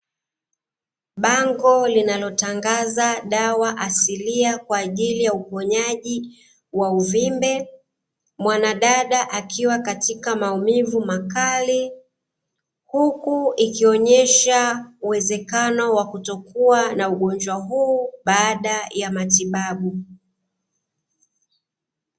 Bango linalotangaza dawa asilia kwa ajili ya uponyaji wa uvimbe, mwanadada akiwa katika maumivu makali, huku ikionyeshaa uwezekano wa kutokua na ugonjwa huu baada ya matibabu.